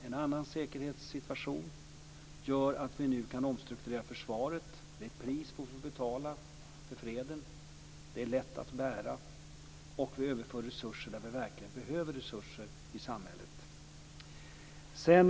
En annan säkerhetssituation gör således att vi nu kan omstrukturera försvaret. Det är det pris vi får betala för freden men det är lätt att bära det. Vidare överför vi resurser dit i samhället där det verkligen behövs resurser.